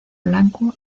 blanco